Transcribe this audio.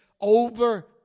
over